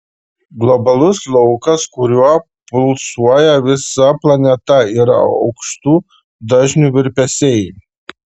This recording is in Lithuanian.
globalus laukas kuriuo pulsuoja visa planeta yra aukštų dažnių virpesiai